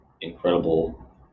incredible